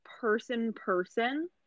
person-person